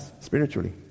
spiritually